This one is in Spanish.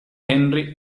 henry